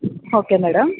okay madam